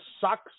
sucks